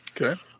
Okay